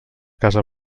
casa